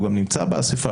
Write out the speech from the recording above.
זה לא תוקע, זה לא משבש.